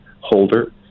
holder